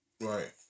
Right